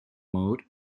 mode